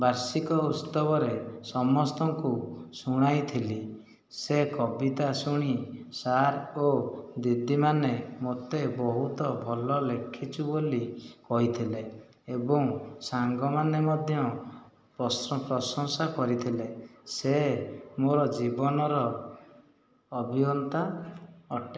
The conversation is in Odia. ବାର୍ଷିକ ଉତ୍ସବରେ ସମସ୍ତଙ୍କୁ ଶୁଣାଇଥିଲି ସେ କବିତା ଶୁଣି ସାର୍ ଓ ଦିଦିମାନେ ମୋତେ ବହୁତ ଭଲ ଲେଖିଛୁ ବୋଲି କହିଥିଲେ ଏବଂ ସାଙ୍ଗମାନେ ମଧ୍ୟ ପ୍ରଶଂସା କରିଥିଲେ ସେ ମୋର ଜୀବନର ଅଭିଜ୍ଞତା ଅଟେ